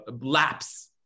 lapse